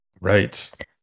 Right